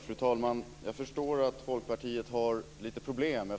Fru talman! Jag förstår att Folkpartiet har lite problem.